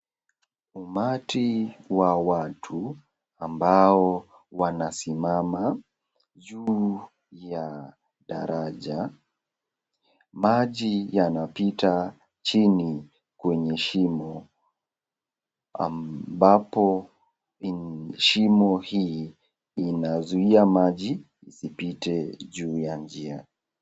Umati wa watu ambao wanasimama juu ya daraja. Maji yanapita chini kwenye shimo ambapo shimo hii inazuia maji isipite juu ya njia.